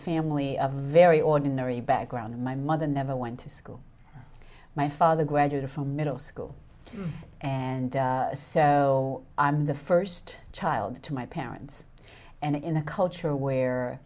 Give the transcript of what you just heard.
family of a very ordinary background my mother never went to school my father graduated from middle school and so i'm the first child to my parents and in a culture where